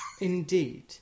Indeed